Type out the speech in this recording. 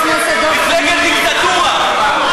מפלגת דיקטטורה.